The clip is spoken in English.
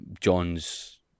John's